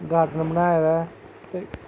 garden बनाए दा ते